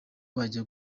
bajya